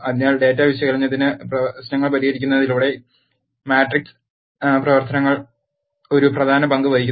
അതിനാൽ ഡാറ്റാ വിശകലന പ്രശ്നങ്ങൾ പരിഹരിക്കുന്നതിലൂടെ മാട്രിക്സ് പ്രവർത്തനങ്ങൾ ഒരു പ്രധാന പങ്ക് വഹിക്കുന്നു